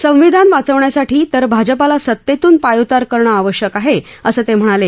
संविधान वाचवण्यासाठी तर भाजपाला सत्तेतून पायउतार करणं आवश्यक आहे असं ते म्हणाले